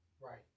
Right